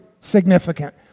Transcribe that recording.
significant